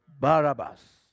Barabbas